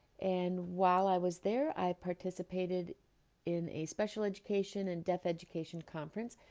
and while i was there, i participated in a special education and deaf education conference,